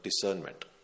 discernment